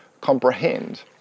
comprehend